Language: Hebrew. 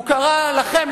הוא קרא לכם,